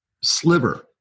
sliver